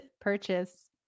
purchase